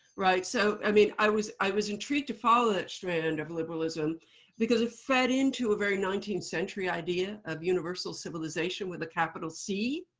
so i mean, i was i was intrigued to follow that strand of liberalism because it fed into a very nineteenth century idea of universal civilization with a capital c.